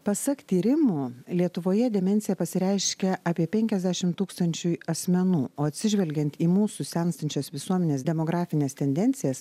pasak tyrimų lietuvoje demencija pasireiškia apie penkiasdešim tūkstančiui asmenų o atsižvelgiant į mūsų senstančios visuomenės demografines tendencijas